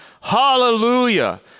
hallelujah